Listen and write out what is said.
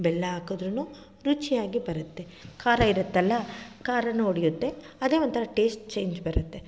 ಬೆಲ್ಲ ಹಾಕಿದ್ರೂ ರುಚಿಯಾಗಿ ಬರುತ್ತೆ ಖಾರ ಇರುತ್ತಲ್ಲ ಖಾರವೂ ಒಡೆಯುತ್ತೆ ಅದೇ ಒಂಥರ ಟೇಸ್ಟ್ ಚೇಂಜ್ ಬರುತ್ತೆ